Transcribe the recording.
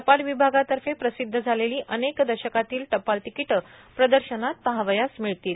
टपाल विभागातर्फे प्रसिद्ध झालेली अनेक दशकांतील टपाल तिकिटे प्रदर्शनात पहावयास मिळतील